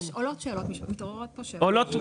יש עולות שאלות מתעוררות פה שאלות משפטיות.